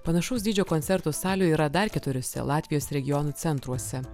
panašaus dydžio koncertų salių yra dar keturiuose latvijos regionų centruose